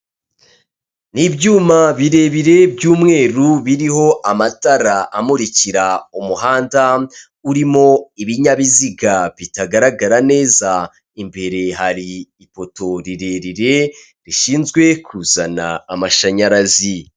Ni byuma birebire by'umweru biriho amatara amurikira umuhanda, urimo ibinyabiziga bitagaragara neza, imbere hari ipoto rirerire, rishinzwe kuzana amashanyarazi.